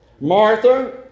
Martha